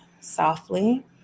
softly